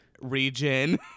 region